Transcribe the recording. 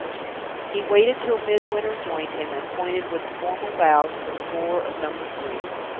he waited till midwinter joined him, and pointed with a formal bow to the door of number three.